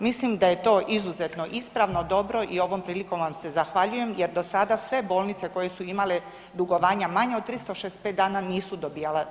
Mislim da je to izuzetno ispravno, dobro i ovom prilikom vam se zahvaljujem jer do sada sve bolnice koje su imale dugovanja manja od 365 dana nisu dobijale sredstva.